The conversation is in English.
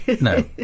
no